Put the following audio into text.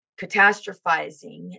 catastrophizing